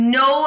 no